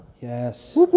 Yes